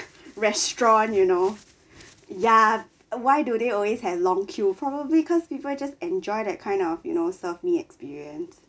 restaurants you know ya why do they always had long queue probably cause people just enjoy that kind of you know serve me experience